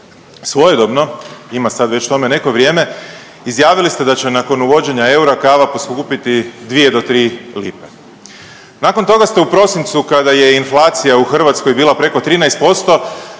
svojedobno, ima sad već tome neko vrijeme izjavili ste da će nakon uvođenja eura kava poskupjeti 2 do 3 lipe. Nakon toga ste u prosincu kada je inflacija u Hrvatskoj bila preko 13%